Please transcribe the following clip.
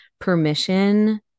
permission